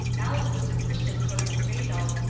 aleck was a christian from the cradle,